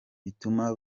bituma